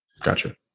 Gotcha